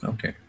Okay